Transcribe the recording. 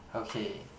okay